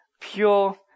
pure